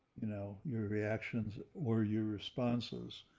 you know, your reactions or your responses.